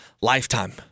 lifetime